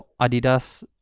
Adidas